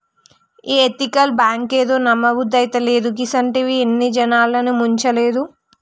ఈ ఎతికల్ బాంకేందో, నమ్మబుద్దైతలేదు, గిసుంటియి ఎన్ని జనాల్ని ముంచలేదు